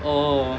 oh